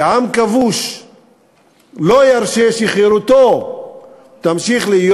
עם כבוש לא ירשה שחירותו תמשיך להיות